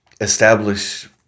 establish